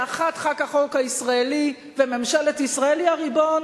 באחת חל החוק הישראלי וממשלת ישראל היא הריבון,